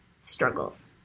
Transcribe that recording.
struggles